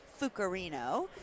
fucarino